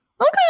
okay